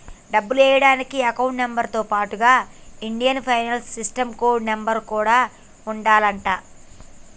డబ్బులు ఎయ్యడానికి account number తో పాటుగా Indian financial system code number కూడా ఉండాలంట